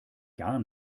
gar